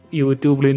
YouTube